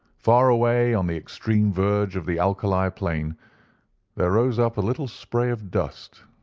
far away on the extreme verge of the alkali plain there rose up a little spray of dust,